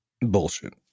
bullshit